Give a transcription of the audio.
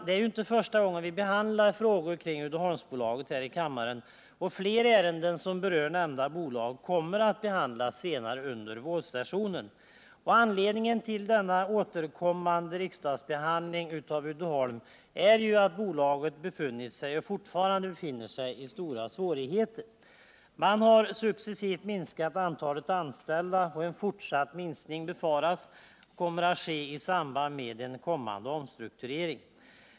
Det är inte första gången vi behandlar frågor kring Uddeholmsbolaget här i kammaren, och flera ärenden som berör nämnda bolag kommer att behandlas senare under vårsessionen. Anledningen till denna återkommande riksdagsbehandling av Uddeholm är ju att bolaget befunnit sig och fortfarande befinner sig i stora svårigheter. Man har successivt minskat antalet anställda, och en fortsatt minskning befaras ske i samband med en kommande omstrukturering.